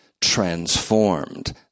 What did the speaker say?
transformed